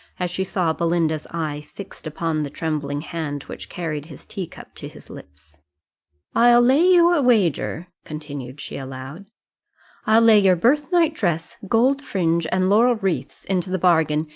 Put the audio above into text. as she saw belinda's eye fixed upon the trembling hand which carried his teacup to his lips i'll lay you a wager, continued she aloud i'll lay your birth-night dress, gold fringe, and laurel wreaths into the bargain,